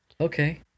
okay